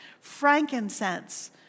frankincense